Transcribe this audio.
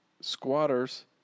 Squatters